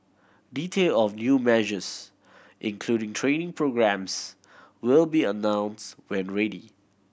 detail of new measures including training programmes will be announced when ready